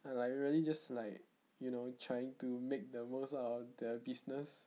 are really just like you know trying to make the most out of their business